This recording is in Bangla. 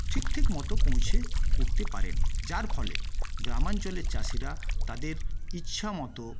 ঠিক ঠিক মতো পৌঁছে উঠতে পারেনি যার ফলে গ্রামাঞ্চলে চাষিরা তাদের ইচ্ছামতো